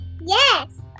Yes